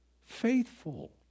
Faithful